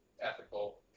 ethical